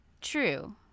True